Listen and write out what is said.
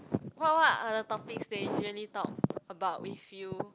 what what are the topics they usually talk about with you